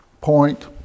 point